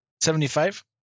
Seventy-five